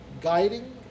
guiding